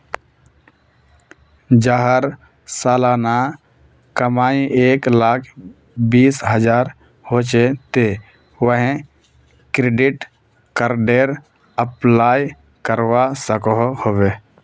जहार सालाना कमाई एक लाख बीस हजार होचे ते वाहें क्रेडिट कार्डेर अप्लाई करवा सकोहो होबे?